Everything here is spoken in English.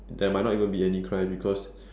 there might not be any crime because